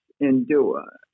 endure